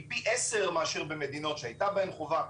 היא פי עשרה מאשר במדינות שהייתה בהן חובה.